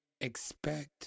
expect